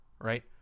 right